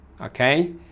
okay